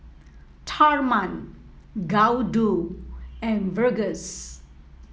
Tharman Gouthu and Verghese